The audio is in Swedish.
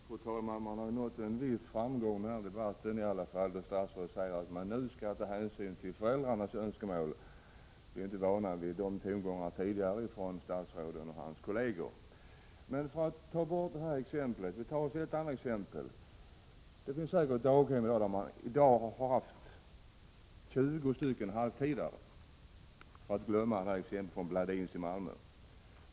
Fru talman! Jag har i alla fall nått en viss framgång i denna debatt då statsrådet säger att man nu skall ta hänsyn till föräldrarnas önskemål. Vi är inte vana vid dessa tongångar från statsrådet och hans kolleger. Jag skall ta upp ett annat exempel. Det finns säkert daghem där man har haft 20 barn på halvtid, och vi kan då glömma exemplet från Malmö.